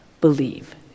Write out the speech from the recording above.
believe